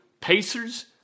Pacers